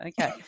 Okay